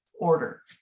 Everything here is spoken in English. order